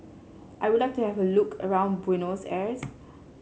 I would like to have a look around Buenos Aires